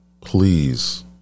please